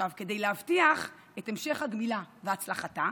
כדי להבטיח את המשך הגמילה והצלחתה,